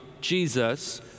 Jesus